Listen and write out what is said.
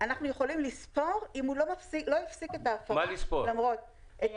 אנחנו יכולים לספור אם הוא לא הפסיק את ההפרה למרות --- מה לספור?